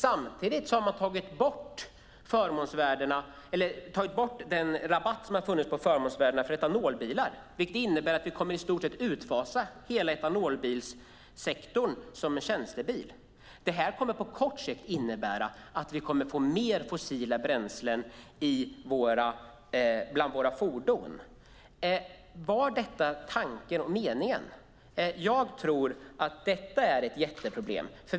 Samtidigt har man tagit bort den rabatt som har funnits på förmånsvärdena för etanolbilar. Det innebär att vi i stort sett kommer att utfasa etanolbilarna som tjänstebilar. På kort sikt kommer detta att innebära att vi kommer att få fler fordon som går på fossila bränslen. Var detta tanken och meningen? Jag tror att detta är ett jätteproblem.